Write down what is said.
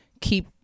keep